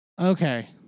okay